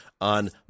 on